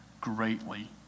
greatly